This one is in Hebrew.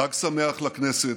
חג שמח לכנסת.